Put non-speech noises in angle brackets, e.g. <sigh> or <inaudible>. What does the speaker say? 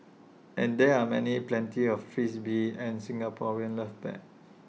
and there are many plenty of <unintelligible> and Singaporeans love bet